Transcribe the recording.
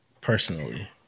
personally